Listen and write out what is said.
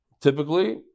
typically